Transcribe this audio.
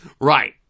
right